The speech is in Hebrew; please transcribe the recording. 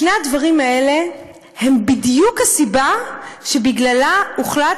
שני הדברים האלה הם בדיוק הסיבה לכך שהוחלט